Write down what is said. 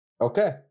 Okay